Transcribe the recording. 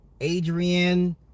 Adrian